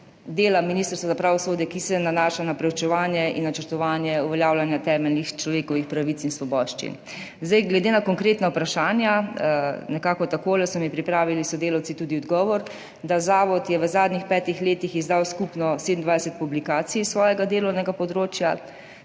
dela Ministrstva za pravosodje, ki se nanaša na preučevanje in načrtovanje uveljavljanja temeljnih človekovih pravic in svoboščin. Glede na konkretna vprašanja so mi nekako takole pripravili sodelavci odgovor. Zavod je v zadnjih petih letih izdal skupno 27 publikacij s svojega delovnega področja,